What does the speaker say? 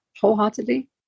wholeheartedly